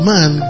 Man